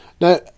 Now